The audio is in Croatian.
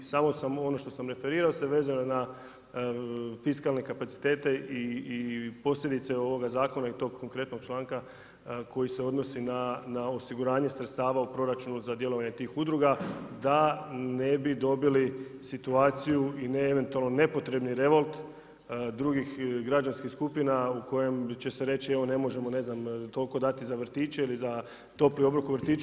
Samo sam ono što sam referirao se vezano na fiskalne kapacitete i posljedice ovoga zakona i tog konkretnog članka koji se odnosi na osiguranje sredstava u proračunu za djelovanje tih udruga da ne bi dobili situaciju i eventualno nepotrebni revolt drugih građanskih skupina u kojem će se reći evo ne možemo ne znam toliko dati za vrtiće ili za topli obrok u vrtiću.